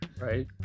Right